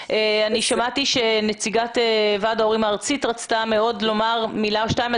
שמעתי שנציגת ועד ההורים הארצית רוצה מאוד לומר מילה או שתיים.